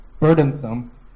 burdensome